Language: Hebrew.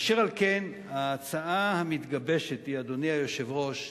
אשר על כן, ההצעה המתגבשת היא, אדוני היושב-ראש,